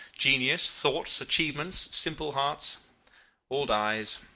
genius, thoughts, achievements, simple hearts all dies.